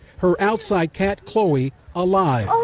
her outside cat chloe alive.